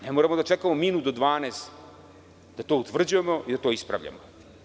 Ne moramo da čekamo minut do 12 da to utvrđujemo i da to ispravljamo.